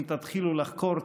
אם תתחילו לחקור,